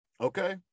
Okay